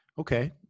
Okay